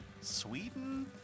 Sweden